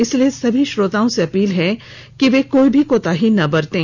इसलिए सभी श्रोताओं से अपील है कि कोई भी कोताही ना बरतें